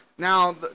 Now